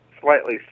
slightly